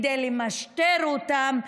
כדי למשטר אותם,